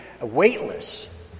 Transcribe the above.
weightless